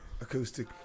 acoustic